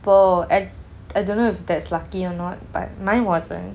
oh I I don't know if that's lucky or not but mine wasn't